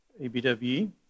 ABWE